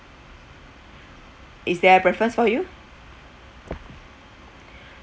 is there a preference for you